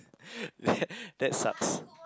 that that sucks